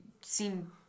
seem